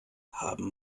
haben